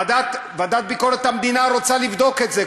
ועדת ביקורת המדינה רוצה לבדוק את זה,